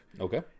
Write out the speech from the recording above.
Okay